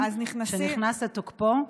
שנכנס לתוקפו,